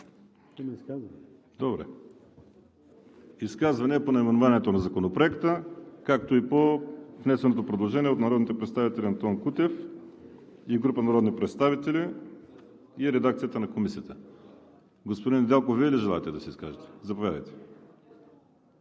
Изказвания по наименованието на Законопроекта, както и по внесеното предложение от народните представители Антон Кутев и група народни представители, и редакцията на Комисията. Господин Недялков, Вие ли желаете да се изкажете? Заповядайте.